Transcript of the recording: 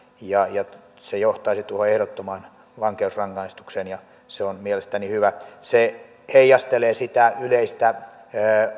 ja ja se johtaisi tuohon ehdottomaan vankeusrangaistukseen ja se on mielestäni hyvä se heijastelee sitä yleistä